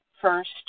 first